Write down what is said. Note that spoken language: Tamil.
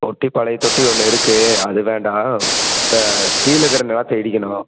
தொட்டி பழைய தொட்டி ஒன்று இருக்குது அது வேண்டாம் கீழே இருக்கிற நிலத்த இடிக்கணும்